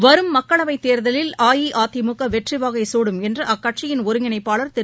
வரும் மக்களவைத் தேர்தலில் அஇஅதிமுக வெற்றிவாகை சூடும் என்று அக்கட்சியின் ஒருங்கிணைப்பாளர் திரு